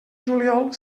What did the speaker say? juliol